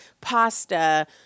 pasta